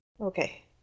Okay